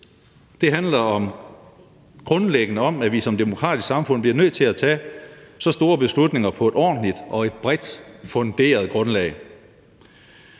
Det handler grundlæggende om, at vi som demokratisk samfund bliver nødt til at tage så store beslutninger på et ordentligt og bredt funderet grundlag.